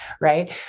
right